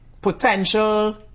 potential